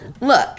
Look